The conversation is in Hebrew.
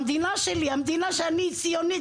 המדינה שלי! המדינה שאני ציונית,